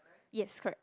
yes correct